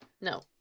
no